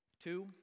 Two